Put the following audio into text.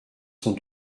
sont